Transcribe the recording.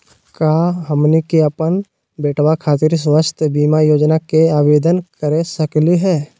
का हमनी के अपन बेटवा खातिर स्वास्थ्य बीमा योजना के आवेदन करे सकली हे?